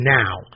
now